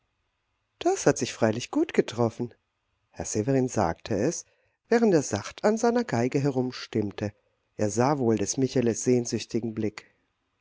das hat sich freilich gut getroffen herr severin sagte es während er sacht an seiner geige herumstimmte er sah wohl des micheles sehnsüchtigen blick